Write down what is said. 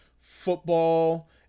football